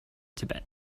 tibet